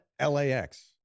LAX